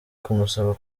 kumusaba